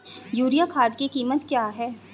Urea खाद की कीमत क्या है?